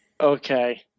Okay